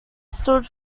stood